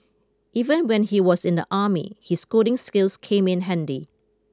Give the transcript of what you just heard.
even when he was in the army his coding skills came in handy